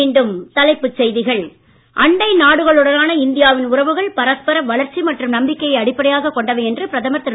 மீண்டும் தலைப்புச் செய்திகள் அண்டை நாடுகளுடனான இந்தியா வின் உறவுகள் பரஸ்பர வளர்ச்சி மற்றும் நம்பிக்கையை அடிப்படையாகக் கொண்டவை என்று பிரதமர் திரு